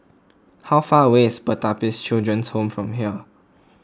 how far away is Pertapis Children Home from here